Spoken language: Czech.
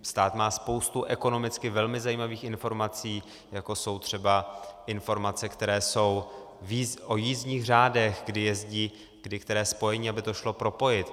Stát má spoustu ekonomicky velmi zajímavých informací, jako jsou třeba informace, které jsou o jízdních řádech, kdy jezdí které spojení, aby to šlo propojit.